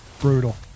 brutal